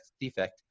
defect